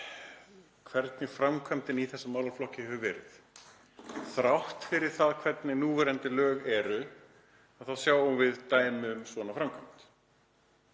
hvernig framkvæmdin í þessum málaflokki hefur verið. Þrátt fyrir það hvernig núverandi lög eru þá sjáum við dæmi um svona framkvæmd.